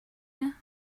here